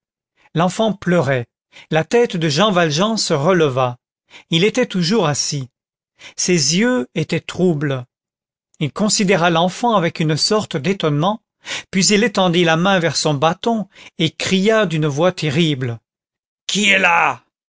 l'enfant pleurait la tête de jean valjean se releva il était toujours assis ses yeux étaient troubles il considéra l'enfant avec une sorte d'étonnement puis il étendit la main vers son bâton et cria d'une voix terrible qui est là